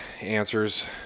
answers